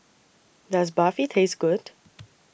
Does Barfi Taste Good